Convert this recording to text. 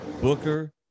Booker